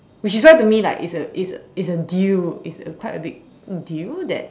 which is why to me like it's a it's it's a deal it's a quite a big deal that